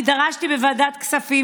אני דרשתי בוועדת הכספים,